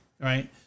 Right